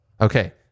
Okay